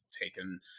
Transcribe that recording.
taken